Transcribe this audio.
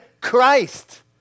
Christ